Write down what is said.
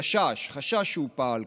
חשש שהוא פעל ככה.